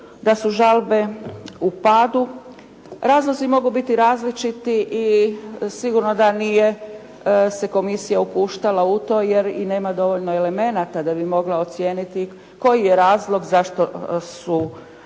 da su žalbe u padu, razlozi mogu biti različiti i sigurno da nije se komisija upuštala u to, jer i nema dovoljno elemenata da bi mogla ocijeniti koji je razlog zašto su, zašto